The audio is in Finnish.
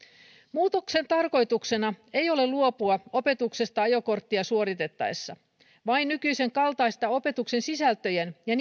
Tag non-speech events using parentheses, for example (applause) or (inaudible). muutoksen tarkoituksena ei ole luopua opetuksesta ajokorttia suoritettaessa vain nykyisenkaltaisesta opetuksen sisältöjen ja (unintelligible)